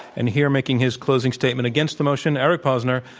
and here making his closing statement against the motion, eric posner,